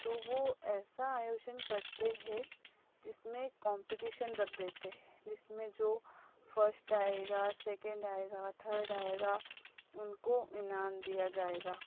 तो वो ऐसा आयोजन करते हैं जिस में कॉम्पिटिशन रख देते हैं जिस में जो फ़र्स्ट आएगा सेकेंड आएगा थर्ड आएगा उनको इनाम दिया जाएगा